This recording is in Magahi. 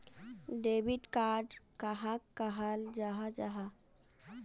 डेबिट कार्ड कहाक कहाल जाहा जाहा?